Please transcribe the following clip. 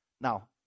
Now